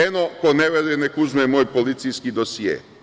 Eno, ko ne veruje, nek uzme moj policijski dosije.